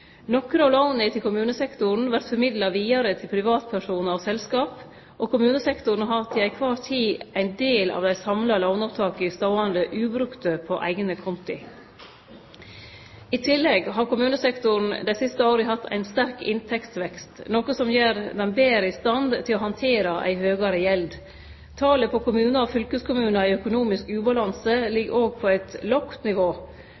Nokre av låna til kommunesektoren vert formidla vidare til privatpersonar og selskap, og kommunesektoren har heile tida ein del av dei samla låneopptaka ståande ubrukte på eigne konti. I tillegg har kommunesektoren dei siste åra hatt ein sterk inntektsvekst, noko som gjer han betre i stand til å handtere ei høgare gjeld. Talet på kommunar og fylkeskommunar i økonomisk ubalanse ligg også på eit lågt nivå.